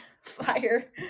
fire